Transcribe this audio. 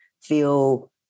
feel